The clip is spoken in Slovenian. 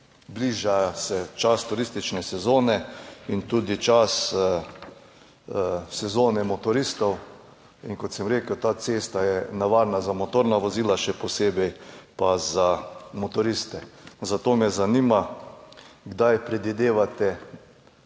Bliža se čas turistične sezone in tudi čas sezone motoristov. Kot sem rekel, ta cesta je nevarna za motorna vozila, še posebej pa za motoriste. Zato me zanima: Kdaj predvidevate